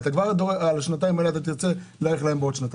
על השנתיים האלה תרצה להאריך להם בעוד שנתיים.